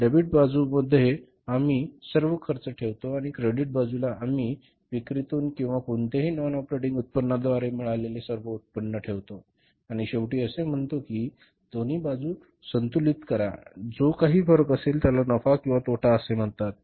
debit बाजूमध्ये आम्ही सर्व खर्च ठेवतो आणि क्रेडिट बाजूला आम्ही विक्रीतून किंवा कोणत्याही नॉन ऑपरेटिंग उत्पन्नाद्वारे मिळालेले सर्व उत्पन्न ठेवतो आणि शेवटी आम्ही असे म्हणतो की दोन्ही बाजू संतुलित करा आणि जो काही फरक असेल त्याला नफा किंवा तोटा असे म्हणतात